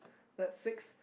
that's six